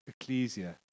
ecclesia